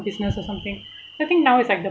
business or something I think now it's like the